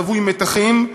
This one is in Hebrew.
רווי מתחים,